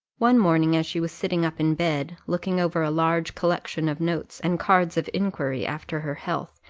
one morning as she was sitting up in bed, looking over a large collection of notes, and cards of inquiry after her health,